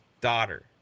daughter